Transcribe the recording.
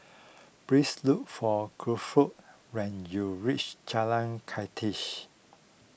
please look for Guilford when you reach Jalan Kandis